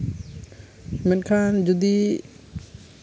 ᱢᱮᱱᱠᱷᱟᱱ ᱡᱩᱫᱤ